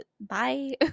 bye